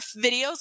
videos